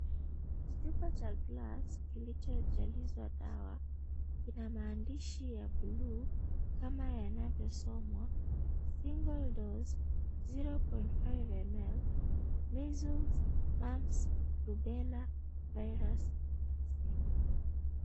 Kichupa cha glass kilichojalizwa dawa kinamaandishi ya buluu kama yanavyosomwa, " Single Dose 0.5ml, MEASLES, MUMPS, RUBELLA VIRUS VACCINE".